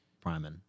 Priming